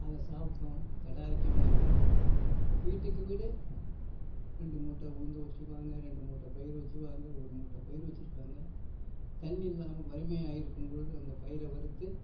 அதை சாப்பிட்டோம் திடாரிக்கமாக இருந்தோம் வீட்டுக்கு வீடு ரெண்டு மூட்டை உளுந்து வச்சுக்குவாங்க ரெண்டு மூட்டை பயறு வச்சுக்குவாங்க ஒரு மூட்டை பயறு வச்சுருக்குவாங்க தண்ணி இல்லாமல் வறுமையாக இருக்கும்பொழுது அந்த பயறை வறுத்து